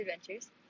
adventures